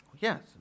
Yes